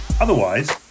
Otherwise